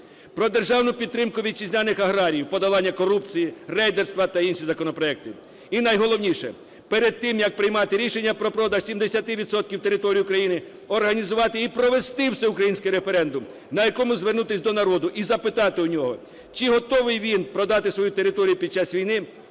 про державну підтримку вітчизняних аграріїв, подолання корупції, рейдерства та інші законопроекти. І найголовніше, перед тим, як приймати рішення про продаж 70 відсотків територій України, організувати і провести всеукраїнський референдум, на якому звернутись до народу і запитати в нього, чи готовий він продати свою територію під час війни,